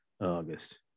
August